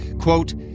Quote